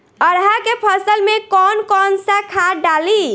अरहा के फसल में कौन कौनसा खाद डाली?